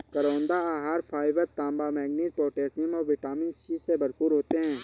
करौंदा आहार फाइबर, तांबा, मैंगनीज, पोटेशियम और विटामिन सी से भरपूर होते हैं